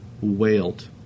wailed